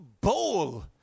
bowl